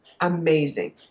amazing